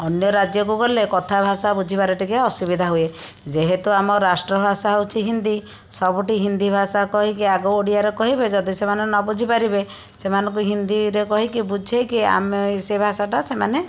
ଅନ୍ୟ ରାଜ୍ୟକୁ ଗଲେ କଥା ଭାଷା ବୁଝିବାରେ ଟିକେ ଅସୁବିଧା ହୁଏ ଯେହେତୁ ଆମ ରାଷ୍ଟ୍ରଭାଷା ହେଉଛି ହିନ୍ଦୀ ସବୁଠି ହିନ୍ଦୀ ଭାଷା କହିକି ଆଗ ଓଡ଼ିଆରେ କହିବେ ଯଦି ସେମାନେ ନ ବୁଝି ପାରିବେ ସେମାନଙ୍କୁ ହିନ୍ଦୀରେ କହିକି ବୁଝେଇକି ଆମେ ସେ ଭାଷାଟା ସେମାନେ